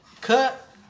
cut